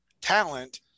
talent